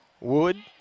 Wood